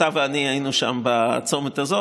אתה ואני היינו שם בצומת הזה,